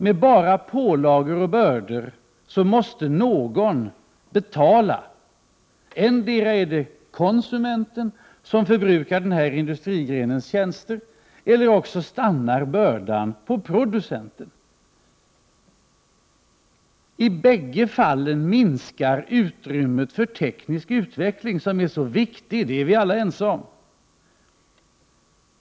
Med bara pålagor och bördor måste någon betala. Endera är det konsumenten, som förbrukar industrigrenens tjänster, eller så stannar bördan på producenten. I bägge fallen minskar utrymmet för teknisk utveckling, som är så viktig. Det är vi alla ense om.